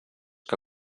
que